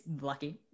lucky